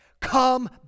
Come